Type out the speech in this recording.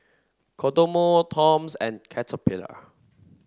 Kodomo Toms and Caterpillar